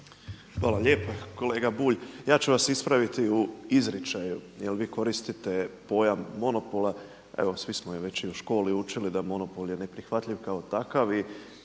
Hvala lijepa. Kolega Bulj, ja ću vas ispraviti u izričaju jel vi koristite pojam monopola. Evo svi smo već i u školi učili da je monopol neprihvatljiv kao takav